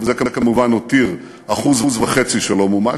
אבל זה כמובן הותיר 1.5% שלא מומש,